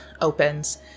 opens